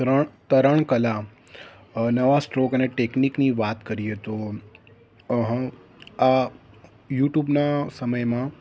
ત્રણ તરણ કલા નવા સ્ટ્રોક ને ટેકનિકની વાત કરીએ તો આ યૂટ્યુબના સમયમાં